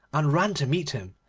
and ran to meet him,